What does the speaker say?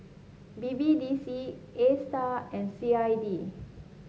B B D C Astar and C I D